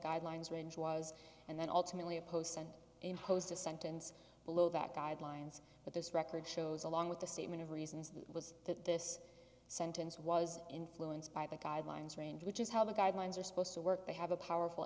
guidelines range was and then ultimately opposed and imposed a sentence below that guidelines but this record shows along with the statement of reasons was that this sentence was influenced by the guidelines range which is how the guidelines are supposed to work they have a powerful